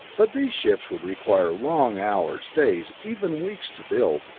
but these ships would require long hours, days, even weeks to build,